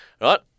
right